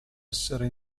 essere